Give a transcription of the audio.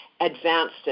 advanced